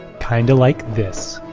kinda like this